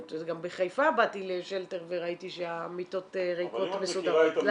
גם בחיפה באתי לשלטר וראיתי שהמיטות ריקות מסודרות.